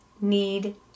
need